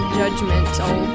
judgmental